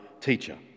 teacher